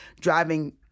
driving